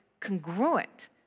congruent